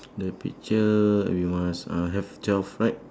the picture we must uh have twelve right